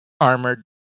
Armored